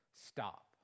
stop